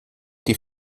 die